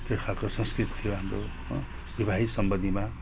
यस्तै खालको संस्कृति थियो हाम्रो हो वैवाहिक सम्बन्धमा